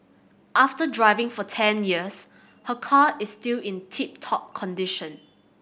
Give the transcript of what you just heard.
after driving for ten years her car is still in tip top condition